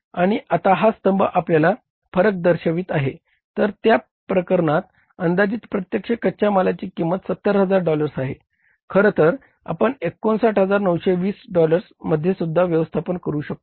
आणि आता हा स्तंभ आपल्याला फरक दर्शवीत आहे तर त्या प्रकरणात अंदाजित प्रत्यक्ष कच्या मालाची किंमत 70000 डॉलर्स आहे खरतर आपण 69920 डॉलर्स मध्येसुद्धा व्यवस्थापन करू शकतो